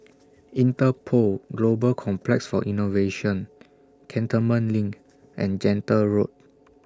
Interpol Global Complex For Innovation Cantonment LINK and Gentle Road